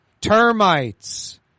Termites